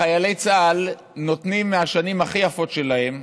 חיילי צה"ל נותנים מהשנים הכי יפות שלהם,